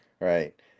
Right